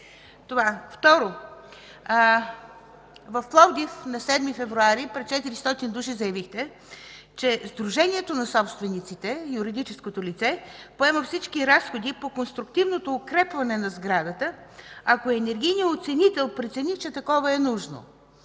части? Второ, в Пловдив на 7 февруари 2015 г. пред 400 души заявихте, че Сдружението на собствениците – юридическото лице, поема всички разходи по конструктивното укрепване на сградата, ако енергийният оценител прецени, че такова е нужно.